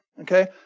Okay